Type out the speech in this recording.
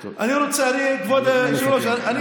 אולי, בעתיד, שיעסקו בזה.